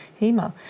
Hema